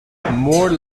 more